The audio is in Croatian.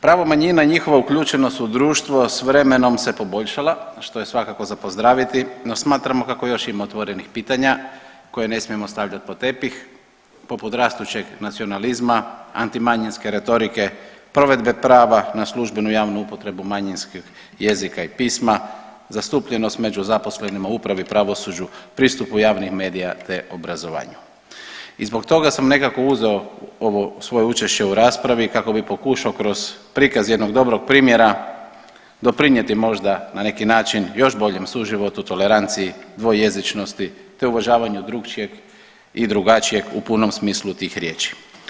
Pravo manjina i njihova uključenost u društvo s vremenom se poboljšala, što je svakako za pozdraviti, no smatramo kako još ima otvorenih pitanja koje ne smijemo stavljati pod tepih, poput rastućeg nacionalizma, antimanjinske retorike, provedbe prava na službenu i javnu upotrebu manjinskih jezika i pisma, zastupljenost među zaposlenima u upravi, pravosuđu, pristupu javnih medija te obrazovanju i zbog toga sam nekako uzeo ovo svoje učešće u raspravi kako bih pokušao kroz prikaz jednog dobrog primjera doprinijeti možda, na neki način još boljem suživotu, toleranciji, dvojezičnosti te uvažavanju drukčijeg i drugačijeg u punom smislu tih riječi.